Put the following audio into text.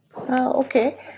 Okay